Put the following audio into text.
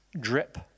drip